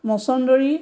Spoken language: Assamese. মচন্দৰী